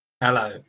Hello